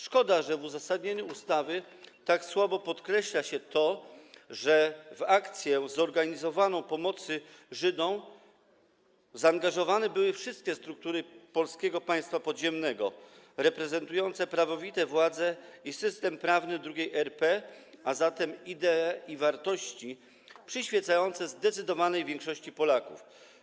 Szkoda, że w uzasadnieniu ustawy tak słabo podkreśla się to, że w zorganizowaną akcję pomocy Żydom zaangażowane były wszystkie struktury Polskiego Państwa Podziemnego reprezentujące prawowite władze i system prawny II RP, a zatem idee i wartości przyświecające zdecydowanej większości Polaków.